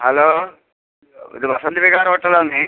hello ഇത് Vasant Vihar hotel ആണ്